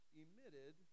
emitted